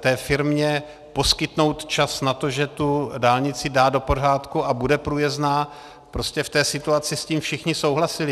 té firmě poskytnout čas na to, že tu dálnici dá do pořádku a bude průjezdná, v té situaci s tím všichni souhlasili.